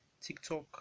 TikTok